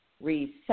Reset